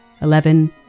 Eleven